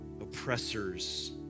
oppressors